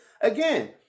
again